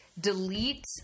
delete